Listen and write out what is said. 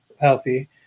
healthy